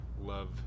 love